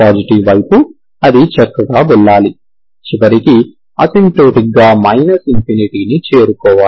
positive వైపు అది చక్కగా వెళ్లాలి చివరికి అసిమ్ప్టోటికల్ గా ∞ ను చేరుకోవాలి